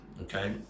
okay